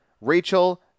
Rachel